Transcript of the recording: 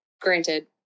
Granted